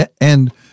And-